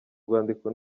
rwandiko